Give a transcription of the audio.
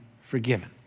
forgiven